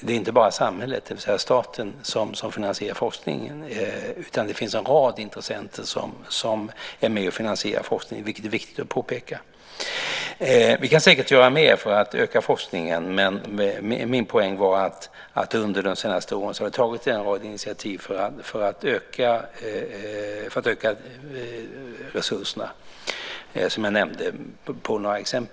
Det är inte bara staten som finansierar forskning utan det finns en rad intressenter som är med om att finansiera forskningen, vilket är viktigt att påpeka. Vi kan säkert göra mer för att öka forskningen, men min poäng var att det under de senaste åren har tagits en rad initiativ för att öka resurserna, som jag nämnde.